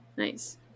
Nice